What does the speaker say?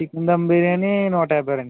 chicken dum biryani నూట యాభై అండి